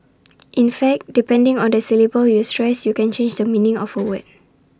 in fact depending on the syllable you stress you can change the meaning of A way